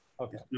okay